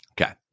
Okay